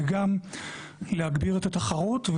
וגם להגביר את התחרות.